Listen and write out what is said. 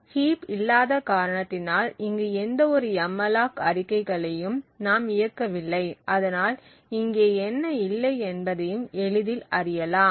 heap இல்லாத காரணத்தினால் இங்கு எந்த ஒரு எம்மலாக் அறிக்கைகளையும் நாம் இயக்கவில்லை அதனால் இங்கே என்ன இல்லை என்பதையும் எளிதில் அறியலாம்